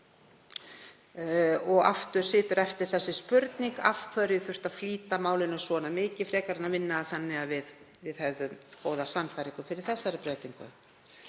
Og aftur situr eftir þessi spurning: Af hverju þurfti að flýta málinu svona mikið í stað þess að vinna það þannig að við hefðum góða sannfæringu fyrir þessari breytingu?